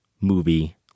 movie